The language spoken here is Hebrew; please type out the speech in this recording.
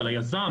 על היזם,